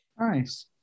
Nice